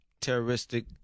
terroristic